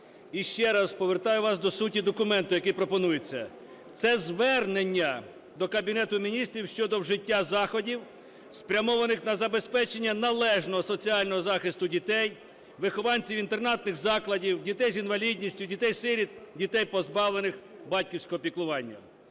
І ще раз повертаю вас до суті документу, який пропонується. Це звернення до Кабінету Міністрів щодо вжиття заходів, спрямованих на забезпечення належного соціального захисту дітей – вихованців інтернатних закладів, дітей з інвалідністю, дітей-сиріт, дітей, позбавлених батьківського піклування.